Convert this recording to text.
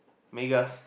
May girls